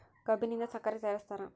ಕಬ್ಬಿನಿಂದ ಸಕ್ಕರೆ ತಯಾರಿಸ್ತಾರ